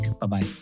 Bye-bye